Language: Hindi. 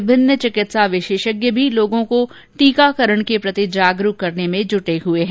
विभिन्न चिकित्सा विशेषज्ञ भी लोगों को टीकाकरण के प्रति जागरूक करने में जुटे हुये हैं